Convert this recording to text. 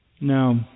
Now